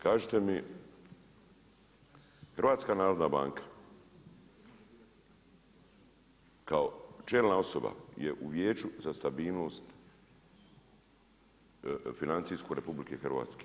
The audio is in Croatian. Kažite mi, HNB kao čelna osoba je u Vijeću za stabilnost financijsko RH.